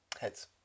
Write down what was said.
Heads